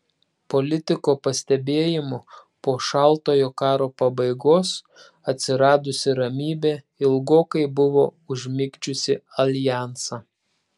politiko pastebėjimu po šaltojo karo pabaigos atsiradusi ramybė ilgokai buvo užmigdžiusi aljansą